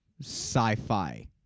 sci-fi